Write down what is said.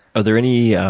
are there any